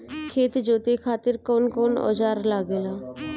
खेत जोते खातीर कउन कउन औजार लागेला?